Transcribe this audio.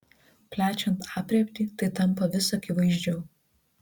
plečiant aprėptį tai tampa vis akivaizdžiau